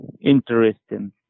interesting